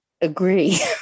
agree